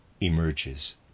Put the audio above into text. emerges